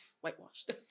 whitewashed